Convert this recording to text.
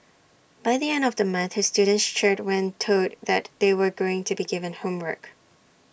by the end of the month his students cheered when told that they were going to be given homework